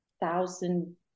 thousand